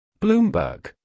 Bloomberg